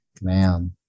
man